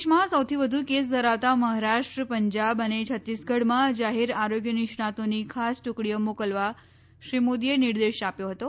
દેશમાં સૌથી વધુ કેસ ધરાવતા મહારાષ્ટ્ર પંજાબ અને છત્તીસગઢમાં જાહેર આરોગ્ય નિષ્ણાતોની ખાસ ટુકડીઓ મોકલવા શ્રી મોદીએ નિર્દેશ આપ્યો હતો